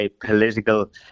political